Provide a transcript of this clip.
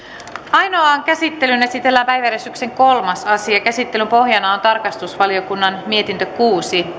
ainoaan käsittelyyn esitellään päiväjärjestyksen kolmas asia käsittelyn pohjana on tarkastusvaliokunnan mietintö kuusi